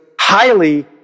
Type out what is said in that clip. highly